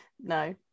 No